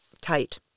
tight